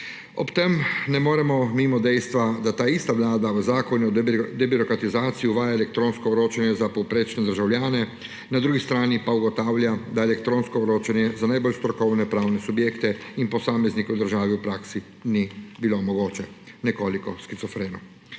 Ob tem ne moremo mimo dejstva, da ta ista vlada v Zakonu o debirokratizaciji uvaja elektronsko vročanje za povprečne državljane, na drugi strani pa ugotavlja, da elektronsko vročanje za najbolj strokovne pravne subjekte in posameznike v državi praksi ni bilo mogoče. Nekoliko shizofreno.